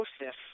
Joseph